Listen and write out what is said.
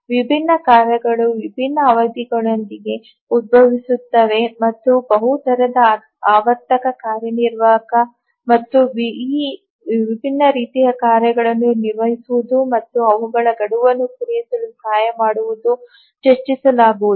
ವಿಭಿನ್ನ ಕಾರ್ಯಗಳು ವಿಭಿನ್ನ ಅವಧಿಗಳೊಂದಿಗೆ ಉದ್ಭವಿಸುತ್ತವೆ ಮತ್ತು ಬಹು ದರದ ಆವರ್ತಕ ಕಾರ್ಯನಿರ್ವಾಹಕ ಮತ್ತು ಈ ವಿಭಿನ್ನ ರೀತಿಯ ಕಾರ್ಯಗಳನ್ನು ನಿರ್ವಹಿಸುವುದು ಮತ್ತು ಅವುಗಳ ಗಡುವನ್ನು ಪೂರೈಸಲು ಸಹಾಯ ಮಾಡುವುದು ಚರ್ಚಿಸಲಾಗುವುದು